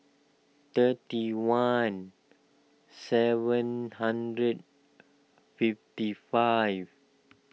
thirty one seven hundred fifty five